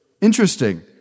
Interesting